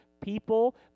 people